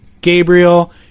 Gabriel